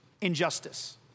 injustice